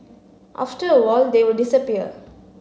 after a while they will disappear